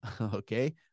Okay